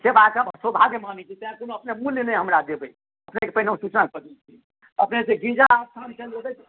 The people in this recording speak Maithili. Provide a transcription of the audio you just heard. सेवाकेँ सौभाग्य मानैत छियै तैँ कहलहुँ अपने मूल्य नहि हमरा देबै एहिके पहिने हम सूचना कऽ दी अपने से गिरिजा स्थान चल जेबै